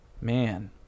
Man